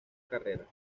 carrera